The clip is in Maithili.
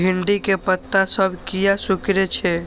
भिंडी के पत्ता सब किया सुकूरे छे?